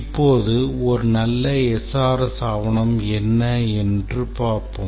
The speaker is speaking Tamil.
இப்போது ஒரு நல்ல SRS ஆவணம் என்ன என்பதை பார்ப்போம்